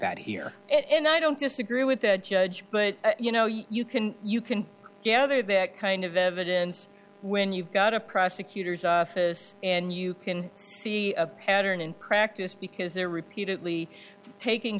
that here and i don't disagree with the judge but you know you can you can gather that kind of evidence when you've got a prosecutor's office and you can see a pattern in practice because there repeatedly taking